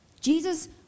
Jesus